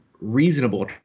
reasonable